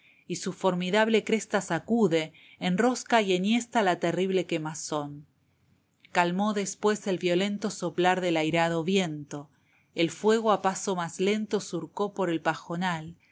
y su formidable cresta sacude enrosca y enhiesta la terrible quemazón calmó después el violento soplar del airado viento el fuego a paso más lento surcó por el pajonal sin